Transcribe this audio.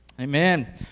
Amen